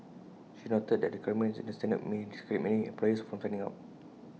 she noted that the requirements in the standards may discourage many employers from signing up